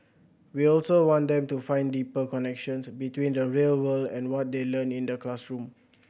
we also want them to find deeper connections between the real world and what they learn in the classroom